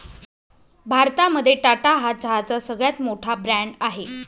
भारतामध्ये टाटा हा चहाचा सगळ्यात मोठा ब्रँड आहे